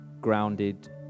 grounded